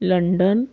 London